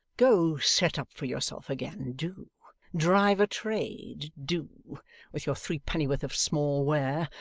go set up for yourself again, do drive a trade, do with your threepennyworth of small ware,